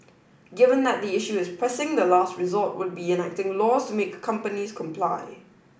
given that the issue is pressing the last resort would be enacting laws to make companies comply